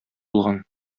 булган